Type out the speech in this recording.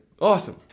awesome